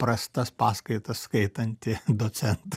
prastas paskaitas skaitantį docentą